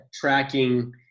tracking